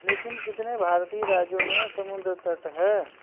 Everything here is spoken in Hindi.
लेकिन कितने भारतीय राज्यों में समुद्र तट है